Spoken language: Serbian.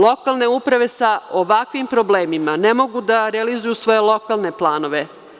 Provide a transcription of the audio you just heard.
Lokalne samouprave sa ovakvim problemima ne mogu da realizuju svoje lokalne planove.